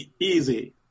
easy